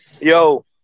Yo